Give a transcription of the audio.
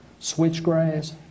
switchgrass